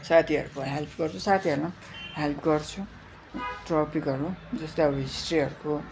साथीहरूको हेल्प गर्छु साथीहरूमा हेल्प गर्छु टपिकहरू जस्तै अब हिस्ट्रीहरूको